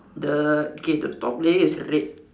the okay the top layer is red